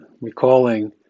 recalling